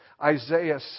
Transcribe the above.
Isaiah